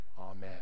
Amen